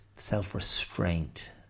self-restraint